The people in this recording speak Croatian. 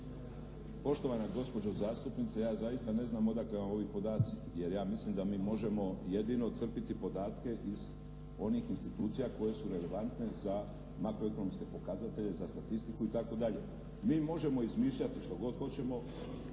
Poštovana gospođo zastupnice ja zaista neznam odakle vam ovi podaci, jer ja mislim da mi možemo jedino crpiti podatke iz onih institucija koje su relevantne za makroekonomske pokazatelje, za statistiku itd. Mi možemo izmišljati što god hoćemo,